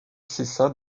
cessa